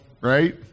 right